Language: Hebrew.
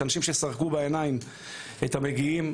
של אנשים שסרקו בעיניים את המגיעים,